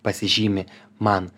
pasižymi man